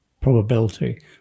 probability